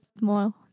more